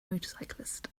motorcyclist